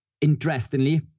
interestingly